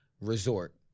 resort